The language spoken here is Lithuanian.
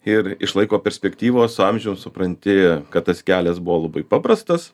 ir iš laiko perspektyvos su amžium supranti kad tas kelias buvo labai paprastas